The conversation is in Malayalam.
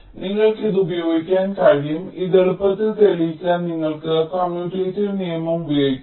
അതിനാൽ നിങ്ങൾക്ക് ഇത് ഉപയോഗിക്കാൻ കഴിയും ഇത് എളുപ്പത്തിൽ തെളിയിക്കാൻ നിങ്ങൾക്ക് കമ്മ്യൂട്ടേറ്റീവ് നിയമം ഉപയോഗിക്കാം